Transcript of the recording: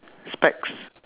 specs